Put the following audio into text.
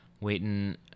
waiting